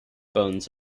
bones